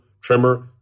trimmer